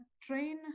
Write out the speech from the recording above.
train